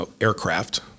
aircraft